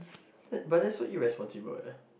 that but that is so irresponsible eh